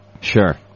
Sure